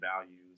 values